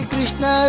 Krishna